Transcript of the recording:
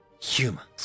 humans